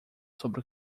sobre